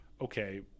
okay